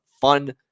fun